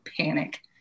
panic